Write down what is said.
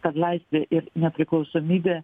kad laisvė ir nepriklausomybė